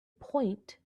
point